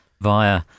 via